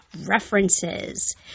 references